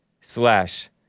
slash